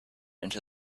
into